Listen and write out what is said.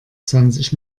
zwanzig